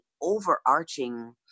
overarching